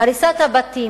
הריסת הבתים,